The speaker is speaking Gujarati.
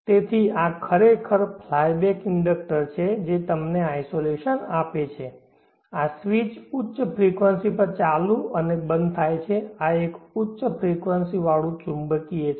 તેથી આ ખરેખર ફ્લાય બેક ઇન્ડક્ટર છે જે તમને આઇસોલેશન આપે છે આ સ્વીચ ઉચ્ચ ફ્રિકવંસી પર ચાલુ અને બંધ થાય છે આ એક ઉચ્ચ ફ્રિકવંસી ચુંબકીય છે